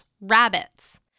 Rabbits